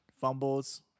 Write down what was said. fumbles